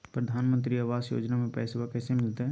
प्रधानमंत्री आवास योजना में पैसबा कैसे मिलते?